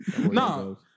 No